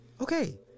okay